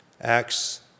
acts